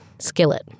Skillet